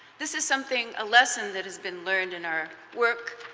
this is something, a lesson that has been learned in our work,